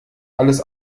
alles